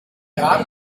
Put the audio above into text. gerade